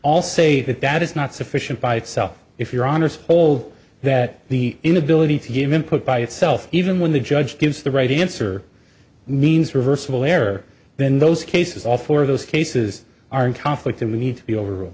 all say that that is not sufficient by itself if you're honest whole that the inability to give input by itself even when the judge gives the right answer means reversible error in those cases all four of those cases are in conflict and we need to be over